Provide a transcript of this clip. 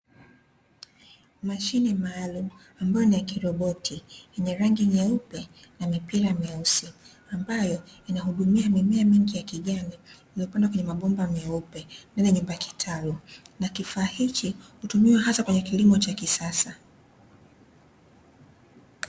Mashine maalum ambayo ni ya kiroboti yenye rangi nyeupe na mipira meusi, ambayo inahudumia mimea mingi ya kijani, iliyopandwa kwenye mabomba meupe ndani ya nyumba kitalu, na kifaa hiki hutumiwa hata kwenye kilimo cha kisasa.